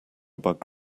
bug